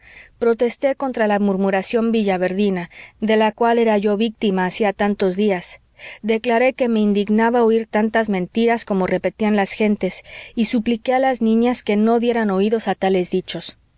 protesté contra la murmuración villaverdina de la cual era yo víctima hacía tantos días declaré que me indignaba oír tantas mentiras como repetían las gentes y supliqué a las niñas que no dieran oídos a tales dichos